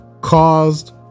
caused